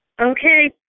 Okay